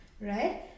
right